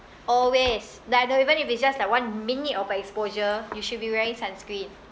always like though even if it's just like one minute of exposure you should be wearing sunscreen